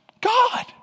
God